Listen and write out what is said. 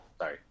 Sorry